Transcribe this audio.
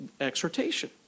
exhortation